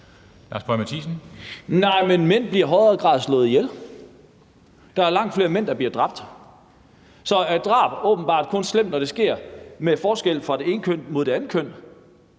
Lars Boje Mathiesen (NB): Nej, men mænd bliver i højere grad slået ihjel. Der er langt flere mænd, der bliver dræbt. Så drab er åbenbart kun slemt, når det sker med den forskel, at det er fra det ene køn mod det andet køn?